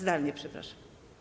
Zdalnie, przepraszam.